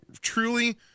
truly